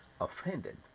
offended